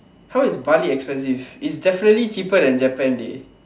how is Bali expensive it's definitely cheaper than Japan dey